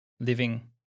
living